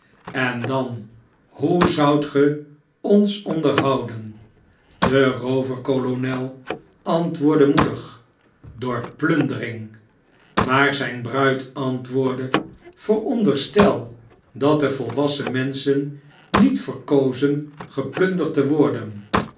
eq dan hoe zoudt ge ons onderhouden de rooverkolonel antwoordde moedig door plundering maar zyn bruid antwoordde veronderstel dat de volwassen menschen niet verkozen geplunderd te worden